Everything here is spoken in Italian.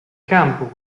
campo